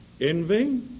Envy